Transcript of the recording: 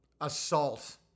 assault